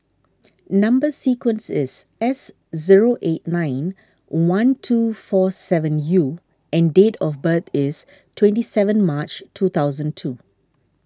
Number Sequence is S zero eight nine one two four seven U and date of birth is twenty seven March two thousand two